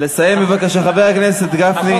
לסיים בבקשה, חבר הכנסת גפני.